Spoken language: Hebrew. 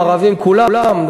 ערבים כולם,